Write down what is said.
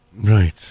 Right